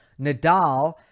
Nadal